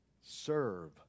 serve